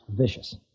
Vicious